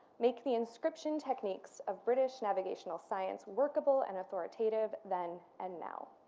make the inscription techniques of british navigational science workable and authoritative then and now.